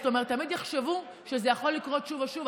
זאת אומרת, תמיד יחשבו שזה יכול לקרות שוב ושוב.